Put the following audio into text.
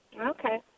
Okay